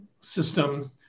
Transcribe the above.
system